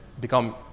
become